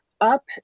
up